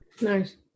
Nice